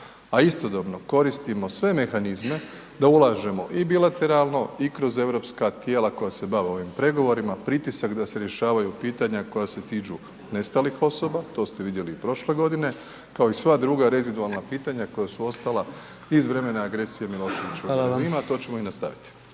a istodobno koristimo sve mehanizme da ulažemo i bilateralno i kroz europska tijela koja se bave ovim pregovorima, pritisak da se rješavaju pitanja koja se tiču nestalih osoba, to ste vidjeli i prošle godine, kao i sva druga rezidualna pitanja koja su ostala iz vremena agresije Miloševićeva …/Upadica: Hvala vam/…, a to ćemo i nastaviti.